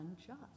unjust